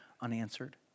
unanswered